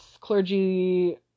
clergy